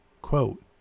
Quote